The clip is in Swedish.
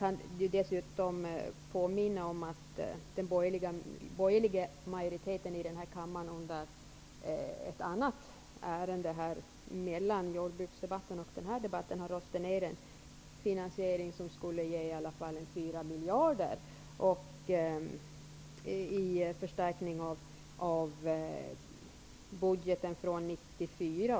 Jag kan dessutom påminna om att den borgerliga majoriteten i denna kammare i ett annat ärende mellan jordbruksdebatten och denna debatt röstade ner en finansiering, som i alla fall skulle ha givit 4 miljarder kronor i budgetförstärkning för 1994.